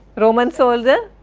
roman soldier.